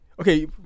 okay